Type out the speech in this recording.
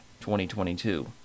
2022